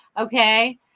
Okay